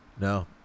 No